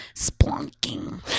splunking